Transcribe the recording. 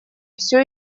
все